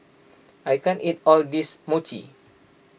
I can't eat all this Mochi